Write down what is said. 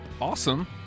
awesome